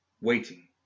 waiting